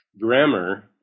grammar